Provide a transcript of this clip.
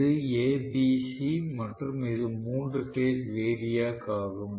இது A B C மற்றும் இது மூன்று பேஸ் வேரியாக் ஆகும்